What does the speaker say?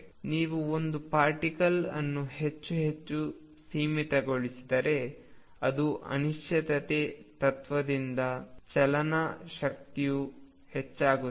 ನೀವು ಒಂದು ಪಾರ್ಟಿಕಲ್ ಅನ್ನು ಹೆಚ್ಚು ಹೆಚ್ಚು ಸೀಮಿತಗೊಳಿಸಿದರೆ ಅದು ಅನಿಶ್ಚಿತತೆ ತತ್ವದಿಂದಾಗಿ ಚಲನ ಶಕ್ತಿಯು ಹೆಚ್ಚಾಗುತ್ತದೆ